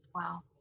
Wow